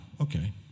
okay